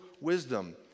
wisdom